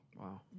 Wow